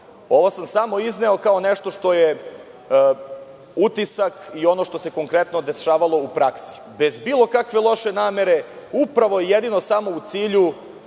Ovo sam samo izneo kao nešto što je utisak i ono što se konkretno dešavalo u praksi, bez bilo kakve loše namere, upravo i jedino samo u cilju